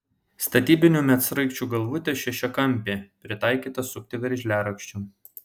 statybinių medsraigčių galvutė šešiakampė pritaikyta sukti veržliarakčiu